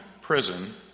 prison